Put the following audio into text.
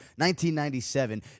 1997